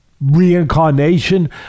reincarnation